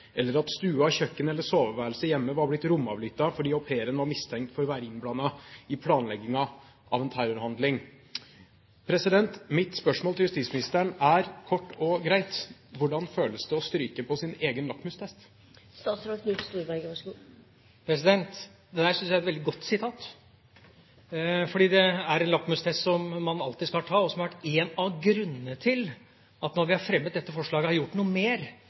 eller pc var blitt avlyttet uten holdbar begrunnelse. Eller at stuen, kjøkkenet eller soveværelset hjemme var blitt romavlyttet fordi aupairen var mistenkt for å være innblandet i planleggingen av en terrorhandling. Mitt spørsmål til justisministeren er kort og greit: Hvordan føles det å stryke på sin egen lakmustest? Dette synes jeg er et veldig godt sitat fordi det er en lakmustest man alltid skal ta, og som har vært en av grunnene til at vi, når vi har fremmet dette forslaget, har gjort mer